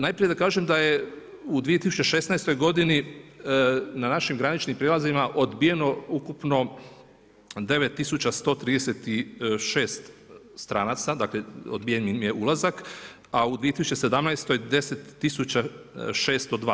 Najprije da kažem, da je u 2016. g. na našim graničnim prijelazima, odbijeno ukupno 9136 stranaca, dakle, odbijen im je ulazak, a u 2017. 10602.